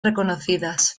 reconocidas